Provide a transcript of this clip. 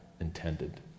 intended